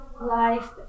life